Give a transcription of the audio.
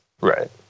Right